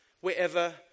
wherever